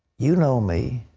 you know me.